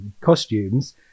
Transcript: costumes